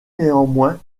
néanmoins